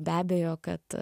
be abejo kad